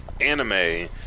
anime